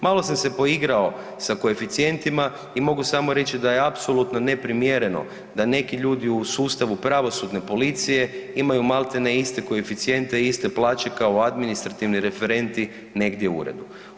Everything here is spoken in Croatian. Malo sam se poigrao sa koeficijentima i mogu samo reći da je apsolutno neprimjereno da neki ljudi u sustavu pravosudne policije imaju maltene iste koeficijente i iste plaće kao administrativni referenti negdje u uredu.